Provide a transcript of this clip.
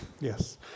Yes